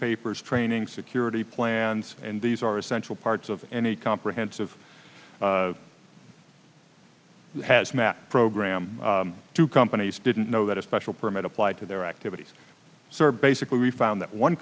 papers training security plans and these are essential parts of any comprehensive hazmat program two companies didn't know that a special permit applied to their activities sir basically we found that one